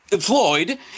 Floyd